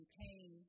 pain